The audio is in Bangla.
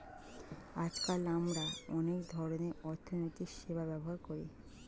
আজকাল আমরা অনেক ধরনের অর্থনৈতিক সেবা ব্যবহার করি